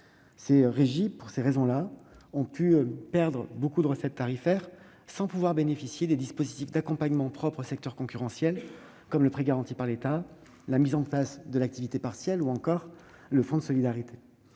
ces raisons, ces régies ont pu perdre beaucoup de recettes tarifaires sans pouvoir bénéficier des dispositifs d'accompagnement propres au secteur concurrentiel comme le prêt garanti par l'État, la mise en place de l'activité partielle ou encore le fonds de solidarité.